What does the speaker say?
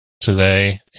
today